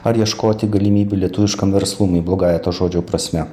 ar ieškoti galimybių lietuviškam verslumui blogąja to žodžio prasme